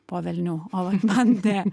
po velnių o man ne